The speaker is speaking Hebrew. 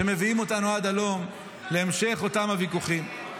שמביאים אותנו עד הלום להמשך אותם הוויכוחים.